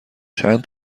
چند